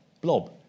blob